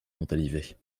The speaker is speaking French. montalivet